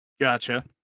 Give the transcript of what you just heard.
Gotcha